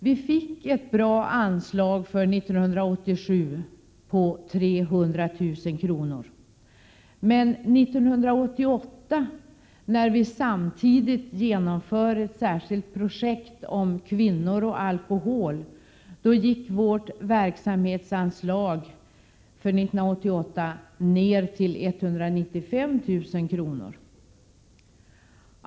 Vi fick ett bra anslag för 1987, på 300 000 kr. Men för 1988, när vi samtidigt genomför ett särskilt projekt som kallas Kvinnor och alkohol, gick vårt verksamhetsanslag ned till 195 000 kr.